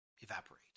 evaporate